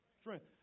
Strength